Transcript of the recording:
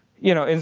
you know, and